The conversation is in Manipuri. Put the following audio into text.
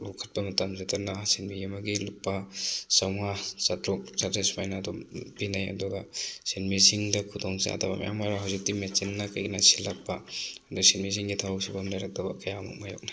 ꯂꯧꯈꯠꯄ ꯃꯇꯝꯁꯤꯗꯅ ꯁꯤꯟꯃꯤ ꯑꯃꯒꯤ ꯂꯨꯄꯥ ꯆꯝꯉꯥ ꯆꯥꯇ꯭ꯔꯨꯛ ꯆꯥꯇ꯭ꯔꯦꯠ ꯁꯨꯃꯥꯏꯅ ꯑꯗꯨꯝ ꯄꯤꯅꯩ ꯑꯗꯨꯒ ꯁꯤꯟꯃꯤꯁꯤꯡꯗ ꯈꯨꯗꯣꯡꯆꯥꯗꯕ ꯃꯌꯥꯝ ꯃꯥꯌꯣꯛꯅꯩ ꯍꯧꯖꯤꯛꯇꯤ ꯃꯦꯆꯤꯟꯅ ꯀꯩꯅ ꯁꯤꯜꯂꯛꯄ ꯑꯗꯣ ꯁꯤꯟꯃꯤꯁꯤꯡꯒꯤ ꯊꯕꯛ ꯁꯨꯐꯝ ꯂꯩꯔꯛꯇꯕ ꯀꯌꯥ ꯑꯃ ꯃꯥꯌꯣꯛꯅꯩ